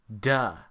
Duh